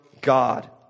God